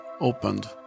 opened